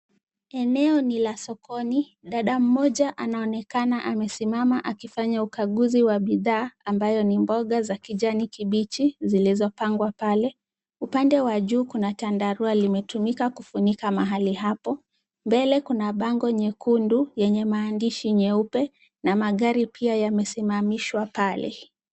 Eneo ni la sokoni. Dada mmoja anaonekana amesimama akifanya ukaguzi wa bidhaa ambayo ni mboga za kijani kibichi zilizopangwa pale. Upande wa juu kuna tandarua limetumika kufunika mahali hapo. Mbele kuna bango nyekundu yenye maandishi nyeupe na magari pia yamesimamishwa pale.